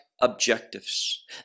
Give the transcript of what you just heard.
objectives